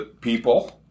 people